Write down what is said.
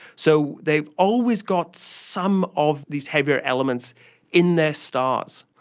so they've always got some of these heavier elements in their stars.